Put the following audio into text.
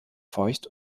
feucht